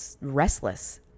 restless